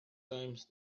times